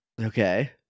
Okay